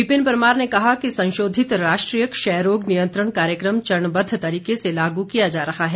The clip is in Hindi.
विपिन परमार ने कहा कि संशोधित राष्ट्रीय क्षय रोग नियंत्रण कार्यक्रम चरणबद्ध तरीके से लागू किया जा रहा है